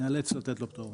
ניאלץ לתת לו פטור.